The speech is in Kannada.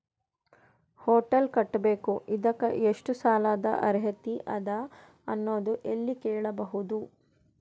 ಹೊಟೆಲ್ ಕಟ್ಟಬೇಕು ಇದಕ್ಕ ಎಷ್ಟ ಸಾಲಾದ ಅರ್ಹತಿ ಅದ ಅನ್ನೋದು ಎಲ್ಲಿ ಕೇಳಬಹುದು?